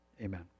amen